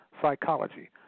psychology